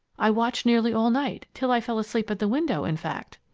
i watched nearly all night till i fell asleep at the window, in fact!